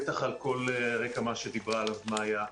בטח על כל רקע מה שדיברה עליו מיה.